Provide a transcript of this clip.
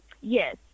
Yes